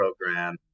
program